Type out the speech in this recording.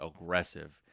aggressive